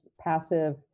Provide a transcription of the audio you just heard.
passive